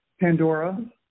Pandora